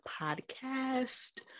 podcast